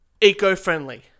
eco-friendly